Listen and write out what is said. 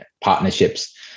partnerships